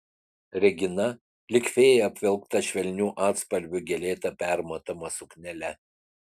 regina lyg fėja apvilkta švelnių atspalvių gėlėta permatoma suknele